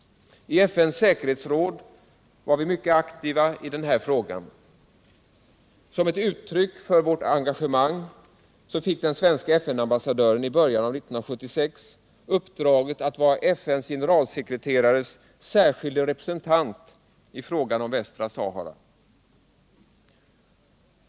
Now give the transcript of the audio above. I FN:s säkerhetsråd var vi mycket aktiva i denna fråga. Som ett uttryck för vårt engagemang fick den svenske FN-ambassadören i början av 1976 uppdraget att vara FN:s generalsekreterares särskilde representant i fråga om Västra Sahara.